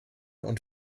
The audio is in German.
und